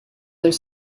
their